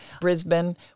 Brisbane